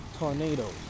tornadoes